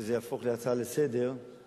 שזה יהפוך להצעה לסדר-היום.